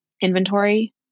inventory